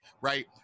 Right